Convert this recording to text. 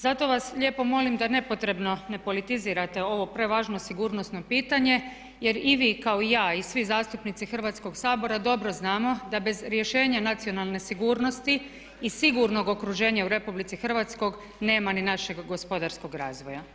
Zato vas lijepo molim da nepotrebno ne politizirate ovo prevažno sigurnosno pitanje jer i vi kao i ja i svi zastupnici Hrvatskoga sabora dobro znamo da bez rješenja nacionalne sigurnosti i sigurnog okruženja u Republici Hrvatskoj nema ni našeg gospodarskog razvoja.